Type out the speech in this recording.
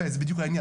זה, בדיוק, העניין.